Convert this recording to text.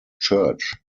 church